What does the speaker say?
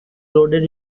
loaded